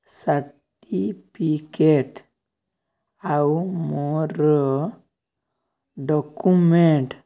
certificate ଆଉ ମୋର document